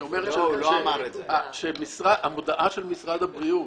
אני אומר שהמודעה של משרד הבריאות,